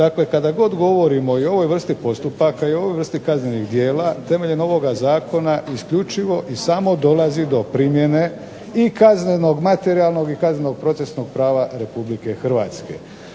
Dakle kada god govorimo i o ovoj vrsti postupaka, i ovoj vrsti kaznenih djela, temeljem ovog zakona isključivo i samo dolazi do primjene i kaznenog materijalnog, i kaznenog procesnog prava Republike Hrvatske.